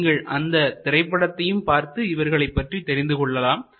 நீங்கள் அந்த திரைப்படத்தையும் பார்த்து இவர்களை பற்றி தெரிந்து கொள்ளலாம்